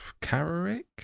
Carrick